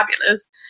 fabulous